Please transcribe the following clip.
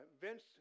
Vince